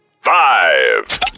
Five